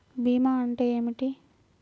భీమా అంటే ఏమిటి?